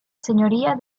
senyoria